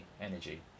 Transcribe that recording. energy